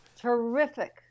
Terrific